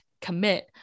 commit